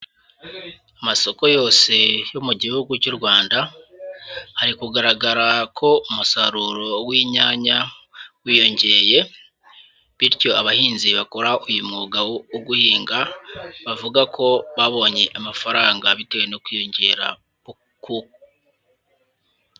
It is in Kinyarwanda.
Amasoko yose yo mu gihugu cy'u Rwanda, hari kugaragara ko umusaruro w'inyanya wiyongeye, bityo abahinzi bakora uyu mwuga wo guhinga, bavuga ko babonye amafaranga bitewe no kwiyongera ku...